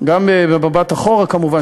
גם במבט אחורה כמובן,